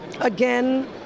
again